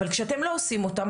אבל כשאתם לא עושים אותה,